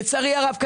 לצערי הרב,